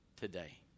today